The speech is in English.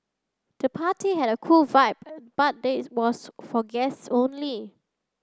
the party had a cool vibe but they was for guests only